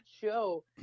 show